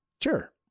sure